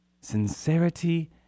Sincerity